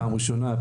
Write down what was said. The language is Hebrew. פעם ראשונה,